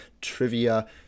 trivia